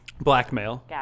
Blackmail